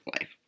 life